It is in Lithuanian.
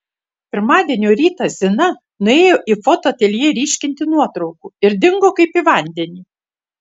pirmadienio rytą zina nuėjo į foto ateljė ryškinti nuotraukų ir dingo kaip į vandenį